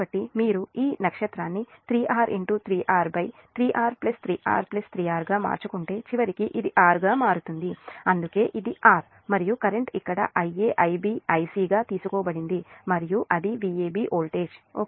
కాబట్టి మీరు ఈ నక్షత్రాన్ని 3R 3R 3R 3R 3R గా మార్చుకుంటే చివరికి ఇది R గా మారుతుంది అందుకే ఇది R మరియు కరెంట్ ఇక్కడ Ia Ib Ic గా తీసుకోబడింది మరియు అది Vab వోల్టేజ్ ఓకే